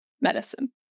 medicine